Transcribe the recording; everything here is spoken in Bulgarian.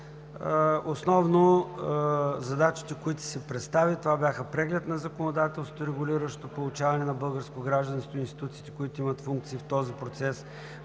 „Основно задачите, които си постави, това бяха: 1. Преглед на законодателството, регулиращо получаването на българско гражданство, и институциите, които имат функции в този процес.